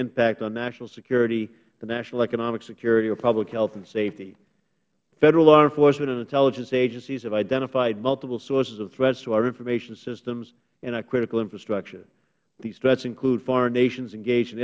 impact on national security national economic security or public health and safety federal law enforcement and intelligence agencies have identified multiple sources of threats to our information systems and critical infrastructure these threats include foreign nations engaged in